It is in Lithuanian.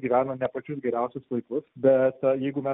gyvena ne pačius geriausius laikus bet jeigu